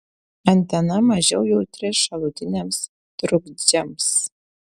antena mažiau jautri šalutiniams trukdžiams